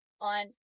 on